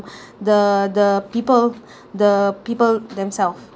the the people the people themselves